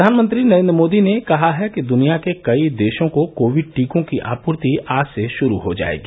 प्रधानमंत्री नरेन्द्र मोदी ने कहा है कि दुनिया के कई देशों को कोविड टीकों की आपूर्ति आज से शुरू हो जाएगी